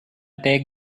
take